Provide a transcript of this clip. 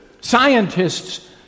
Scientists